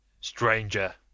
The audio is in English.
Stranger